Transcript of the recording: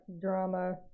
drama